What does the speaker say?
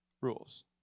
rules